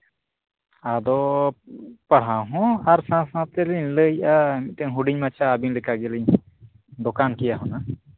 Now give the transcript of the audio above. ᱟᱫᱚ ᱯᱟᱲᱦᱟᱣ ᱦᱚᱸ ᱟᱨ ᱥᱟᱶᱼᱥᱟᱶᱛᱮᱞᱤᱧ ᱞᱟᱹᱭᱮᱫᱼᱟ ᱢᱤᱫᱴᱮᱱ ᱦᱩᱰᱤᱧ ᱢᱟᱪᱷᱟ ᱟᱹᱵᱤᱱ ᱞᱮᱠᱟᱜᱮᱞᱤᱧ ᱫᱚᱠᱟᱱ ᱠᱮᱭᱟ ᱦᱩᱱᱟᱹᱝ